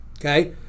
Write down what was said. Okay